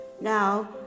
Now